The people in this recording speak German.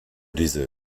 diese